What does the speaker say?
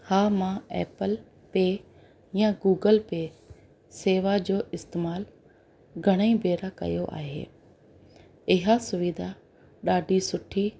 हा मां Apple pay या गूगल पे शेवा जो इस्तेमालु घणेई भेरा कयो आहे इहा सुविधा ॾाढी सुठी